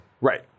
right